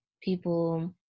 people